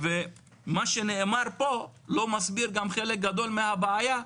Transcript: מה שנאמר פה לא מסביר גם חלק גדול מהבעיה,